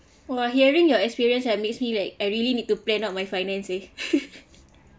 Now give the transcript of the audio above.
!wah! hearing your experience and makes me like I really need to plan out my finance eh